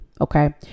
Okay